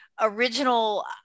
original